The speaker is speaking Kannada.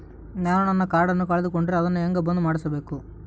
ನಾನು ನನ್ನ ಕಾರ್ಡನ್ನ ಕಳೆದುಕೊಂಡರೆ ಅದನ್ನ ಹೆಂಗ ಬಂದ್ ಮಾಡಿಸಬೇಕು?